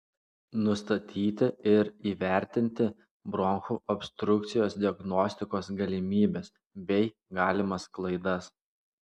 nustatyti ir įvertinti bronchų obstrukcijos diagnostikos galimybes bei galimas klaidas